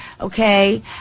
Okay